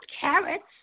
carrots